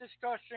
discussion